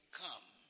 come